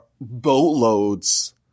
boatloads